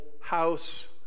house